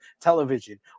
television